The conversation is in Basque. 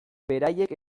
beraiek